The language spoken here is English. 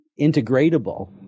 integratable